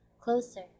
closer